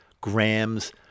grams